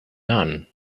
none